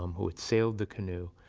um who had sailed the canoe,